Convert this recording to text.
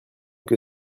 que